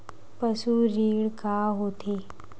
पशु ऋण का होथे?